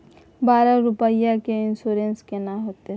बारह रुपिया के इन्सुरेंस केना होतै?